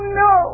no